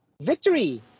victory